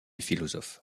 philosophe